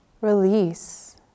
release